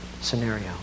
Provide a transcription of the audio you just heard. scenario